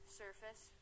surface